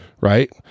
Right